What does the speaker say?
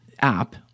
app